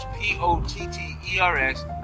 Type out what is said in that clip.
P-O-T-T-E-R-S